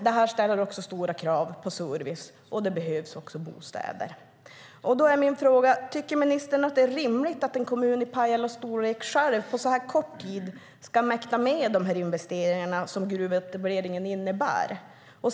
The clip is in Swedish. Det ställer dock stora krav på service, och det behövs också bostäder. Tycker ministern att det är rimligt att en kommun av Pajalas storlek på kort tid själv ska mäkta med dessa investeringar som gruvetableringen innebär?